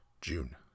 June